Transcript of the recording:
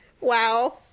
Wow